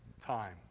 time